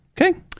Okay